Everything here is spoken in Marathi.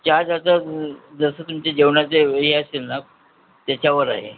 चार्ज आता जसं तुमच्या जेवणाचे हे असेल ना त्याच्यावर आहे